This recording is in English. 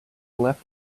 left